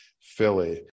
Philly